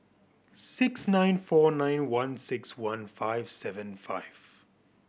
six nine four nine one six one five seven five